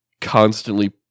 constantly